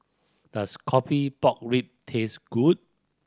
does coffee pork rib taste good